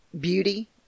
beauty